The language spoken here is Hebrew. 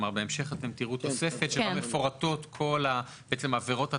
בהמשך תראו תוספת שבה מפורטות כל עבירות התעבורה,